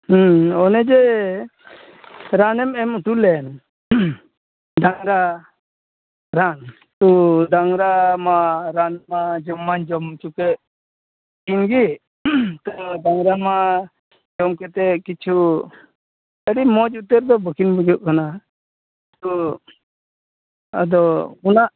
ᱦᱮᱸ ᱚᱱᱮᱡᱮ ᱨᱟᱱᱮᱢ ᱮᱢ ᱚᱴᱚᱞᱮᱱ ᱰᱟᱝᱨᱟ ᱨᱟᱱ ᱛᱚ ᱰᱟᱝᱨᱟ ᱢᱟ ᱨᱟᱱ ᱢᱟ ᱡᱚᱢ ᱢᱟᱧ ᱡᱚᱢ ᱪᱚᱠᱮᱜ ᱠᱤᱱᱜᱮ ᱛᱚ ᱰᱟᱝᱨᱟᱢᱟ ᱡᱚᱢ ᱠᱟᱛᱮ ᱠᱤᱪᱷᱩ ᱟ ᱰᱤ ᱢᱚᱡᱽ ᱩᱛᱟᱹᱨ ᱫᱚ ᱵᱟᱠᱤᱱ ᱵᱩᱡᱟᱹᱜ ᱠᱟᱱᱟ ᱛᱚ ᱟᱫᱚ ᱚᱱᱟ